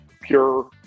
pure